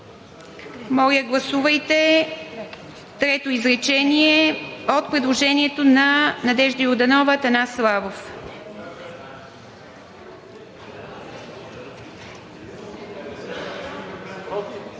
Моля, гласувайте трето изречение от предложението на Надежда Йорданова и Атанас Славов.